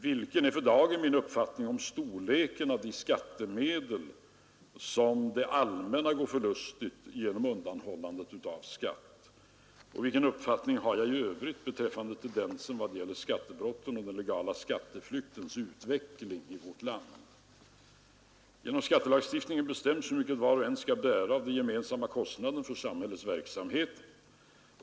Vilken är för dagen statsrådets uppfattning om storleken av de skattemedel som det allmänna går förlustigt genom olika former av undanhållande av skatt? 4. Vilken uppfattning har statsrådet i övrigt beträffande tendensen i vad gäller skattebrottens och den legala skatteflyktens utveckling i vårt land? Genom skattelagstiftningen bestäms hur mycket var och en skall bära av gemensamma kostnader för samhällets verksamhet.